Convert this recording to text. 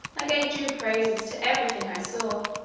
i gave due praises to every thing i saw,